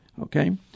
okay